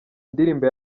ndirimbo